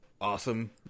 awesome